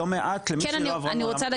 לא מעט למי שלא עברה -- אני חושב שזה יפה,